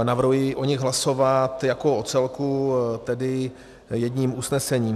Navrhuji o nich hlasovat jako o celku, tedy jedním usnesením.